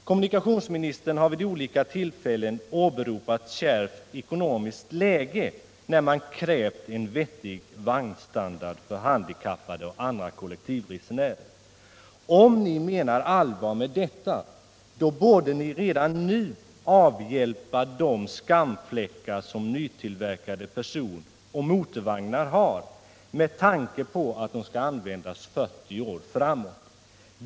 Kommunikationsministern har vid olika tillfällen åberopat det kärva ekonomiska läget när man krävt en vettig vagnsstandard för handikappade och andra kollektivresenärer. Om ni menar allvar med detta tal borde ni redan nu avhjälpa de skamfläckar som nytillverkade personoch motorvagnar har — med tanke på att de skall användas 40 år framåt.